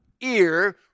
ear